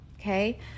Okay